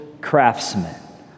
craftsman